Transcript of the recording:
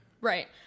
Right